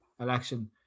election